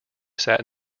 sat